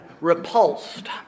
repulsed